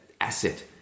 asset